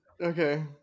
okay